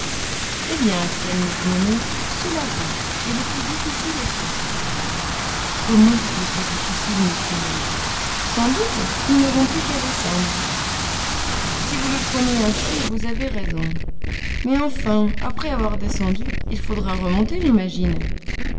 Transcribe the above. eh bien axel me dit mon oncle cela va et le plus difficile est fait comment le plus difficile m'écriai-je sans doute nous n'avons plus qu'à descendre si vous le prenez ainsi vous avez raison mais enfin après avoir descendu il faudra remonter j'imagine